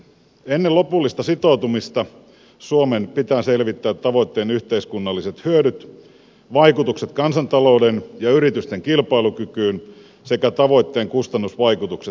ennen lopullista sitoutumista suomen pitää selvittää tavoitteen yhteiskunnalliset hyödyt vaikutukset kansantalouden ja yritysten kilpailukykyyn sekä tavoitteen kustannusvaikutukset